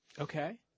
Okay